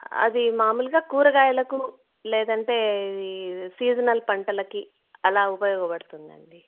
అది మామూలుగా కూరగాయలకు లేదంటే సీజనల్ పంటలకి అలా ఉపయోగపడుతుందండి